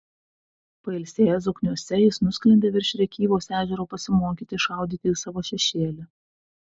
pailsėjęs zokniuose jis nusklendė virš rėkyvos ežero pasimokyti šaudyti į savo šešėlį